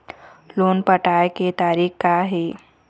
Loan पटाए के तारीख़ का हे?